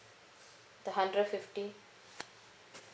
the hundred fifty